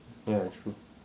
ya true